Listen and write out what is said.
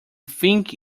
think